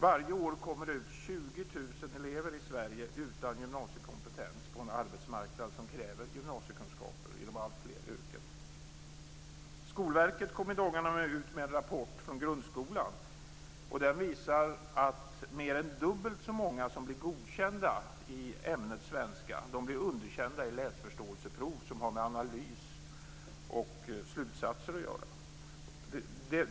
Varje år kommer det ut 20 000 elever i Sverige utan gymnasiekompetens på en arbetsmarknad som kräver gymnasiekunskaper inom alltfler yrken. Skolverket kom i dagarna ut med en rapport från grundskolan som visar att mer än dubbelt så många som blir godkända i ämnet svenska blir underkända i läsförståelseprov som har med analys och slutsatser att göra.